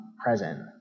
present